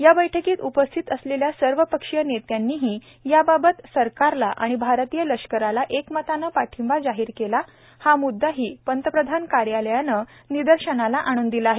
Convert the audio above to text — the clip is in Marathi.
या बैठकीत उपस्थित असलेल्या सर्वपक्षीय नेत्यांनीही याबाबत सरकारला आणि आरतीय लष्कराला एकमतानं पाठिंबा जाहीर केला हा मुद्दाही प्रधानंमंत्री कार्यालयानं निदर्शनाला आणून दिला आहे